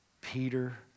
Peter